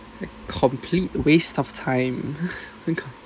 a complete waste of time